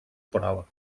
права